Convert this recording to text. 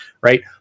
right